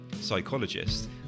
psychologist